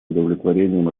удовлетворением